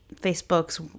Facebook's